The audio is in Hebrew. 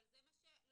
אבל זה מה שדיברנו.